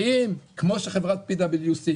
כמו שחברת PwC,